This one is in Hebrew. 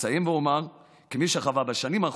אסיים ואומר, כמי שחווה בשנים האחרונות,